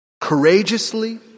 courageously